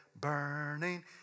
burning